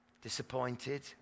disappointed